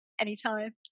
anytime